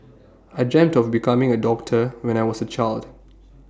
I dreamt of becoming A doctor when I was A child